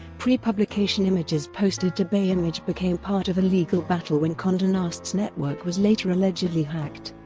pre-publication images posted to bayimg became part of a legal battle when conde nast's network was later allegedly hacked.